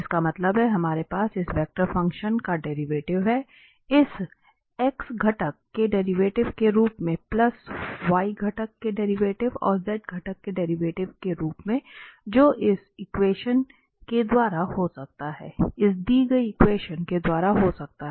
इसका मतलब है हमारे पास इस वेक्टर फंक्शन का डेरीवेटिव हैं इस x घटक के डेरिवेटिव के रूप में प्लस y घटक के डेरिवेटिव और z घटक के डेरिवेटिव के रूप में जो हो सकता है